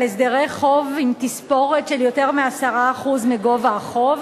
הסדרי חוב עם תספורת של יותר מ-10% מגובה החוב,